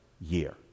year